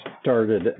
started